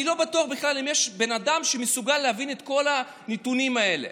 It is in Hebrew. אני לא בטוח בכלל אם יש אדם שמסוגל להבין את כל הנתונים האלה.